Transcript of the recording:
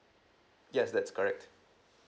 yes that's correct